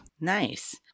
Nice